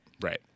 right